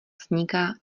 vzniká